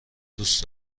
دوست